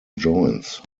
joints